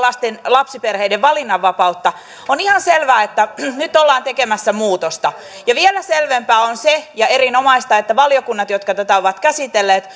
puolustimme lapsiperheiden valinnanvapautta on ihan selvää että nyt ollaan tekemässä muutosta ja vielä selvempää ja erinomaista on se että valiokunnat jotka tätä ovat käsitelleet